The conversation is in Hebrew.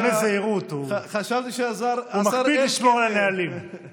מטעמי זהירות, הוא מקפיד לשמור על נהלים.